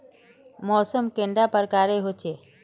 मौसम कैडा प्रकारेर होचे?